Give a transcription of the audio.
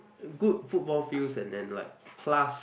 uh good football fields and then like class